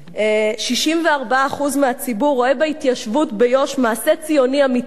64% מהציבור רואה בהתיישבות ביו"ש מעשה ציוני אמיתי,